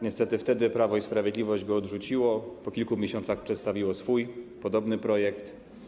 Niestety, wtedy Prawo i Sprawiedliwość ją odrzuciło, a po kilku miesiącach przedstawiło swój, podobny projekt.